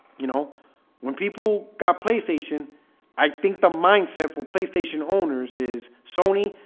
you know when people got playstation i think the mindset for playstation owners is sony.